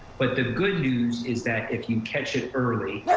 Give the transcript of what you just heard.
but the good news is that if you catch it early,